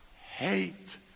hate